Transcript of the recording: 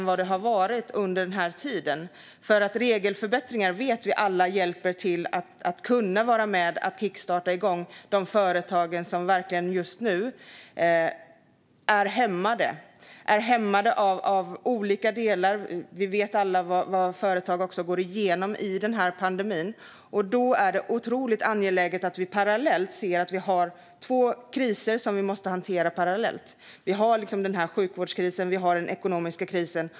Vi vet alla vad många företag nu går igenom, och vi vet att regelförenklingar skulle hjälpa de företag som just nu är hämmade. Vi har två kriser som måste hanteras parallellt, sjukvårdskrisen och den ekonomiska krisen.